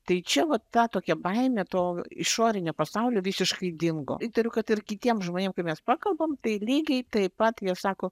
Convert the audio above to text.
tai čia vat ta tokia baimė to išorinio pasaulio visiškai dingo įtariu kad ir kitiem žmonėm kai mes pakalbam tai lygiai taip pat jie sako